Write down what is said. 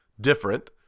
different